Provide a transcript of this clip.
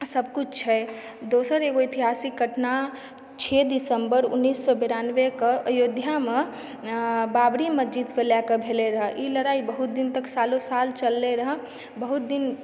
सभकुछ छै दोसर एगो ऐतिहासिक घटना छओ दिसम्बर उन्नैस सए बेरानबेकऽ अयोध्यामऽ बाबरी मस्जिदकऽ लयकऽ भेलय रहऽ ई लड़ाइ बहुत दिन तक सालो साल चललय रहऽ बहुत दिन